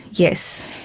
yes.